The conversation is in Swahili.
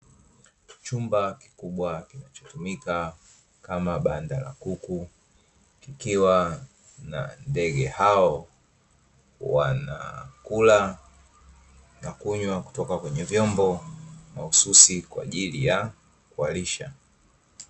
Chumba kikubwa kinachotumika kama banda la kuku, kikiwa na ndege hao wanakula na kunywa kutoka kwenye vyombo mahususi kwa ajili ya kuwalisha.